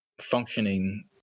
functioning